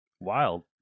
Wild